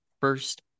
first